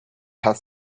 had